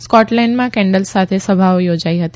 સ્કોટલેન્ડમાં candle સાથે સભાઓ યોજાઇ હતી